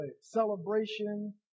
celebration